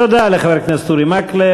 תודה לחבר הכנסת אורי מקלב.